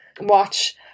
watch